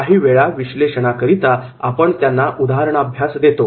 काही वेळा विश्लेषणकरिता आपण त्यांना केस स्टडी देतो